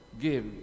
give